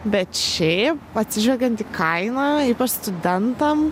bet šiaip atsižvelgiant į kainą ypač studentam